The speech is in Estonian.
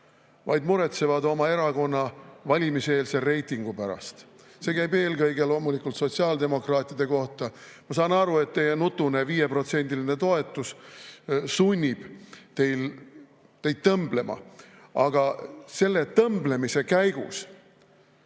vaid muretsevad oma erakonna valimiseelse reitingu pärast. See käib eelkõige loomulikult Sotsiaaldemokraatide kohta. Ma saan aru, et teie nutune 5%‑line toetus sunnib teid tõmblema, aga selle tõmblemise käigus